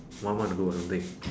one month ago or something